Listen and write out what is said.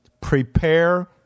prepare